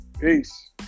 peace